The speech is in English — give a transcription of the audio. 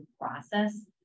process